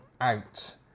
out